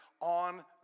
on